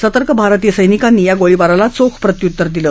सतर्क भारतीय सैनिकांनी या गोळीबाराला चोख प्रत्यत्तर दिलं